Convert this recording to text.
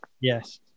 Yes